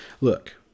look